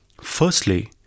Firstly